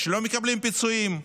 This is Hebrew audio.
שלא מקבלים פיצויים.